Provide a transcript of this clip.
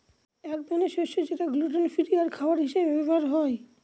এক ধরনের শস্য যেটা গ্লুটেন ফ্রি আর খাবার হিসাবে ব্যবহার হয়